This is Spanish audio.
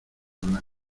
blancas